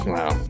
Wow